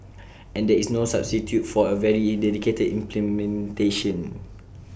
and there is no substitute for very dedicated implementation